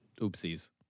Oopsies